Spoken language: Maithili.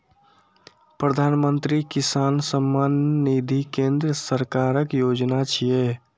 प्रधानमंत्री किसान सम्मान निधि केंद्र सरकारक योजना छियै